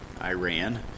Iran